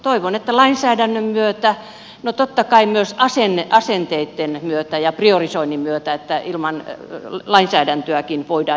toivon että lainsäädännön myötä no totta kai myös asenteitten myötä ja priorisoinnin myötä ilman lainsäädäntöäkin voidaan jotakin tehdä